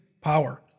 power